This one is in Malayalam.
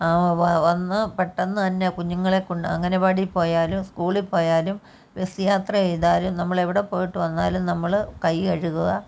ആ വ വ വന്നു പെട്ടെന്നു തന്നെ കുഞ്ഞുങ്ങളെ കൊണ്ട് അങ്കനവാടിയിൽ പോയാലും സ്കൂളിൽപ്പോയാലും ബസ് യാത്ര ചെയ്താലും നമ്മളെവിടെപ്പോയിട്ട് വന്നാലും നമ്മൾ കൈ കഴുകുക